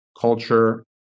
culture